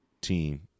team